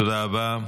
תודה רבה.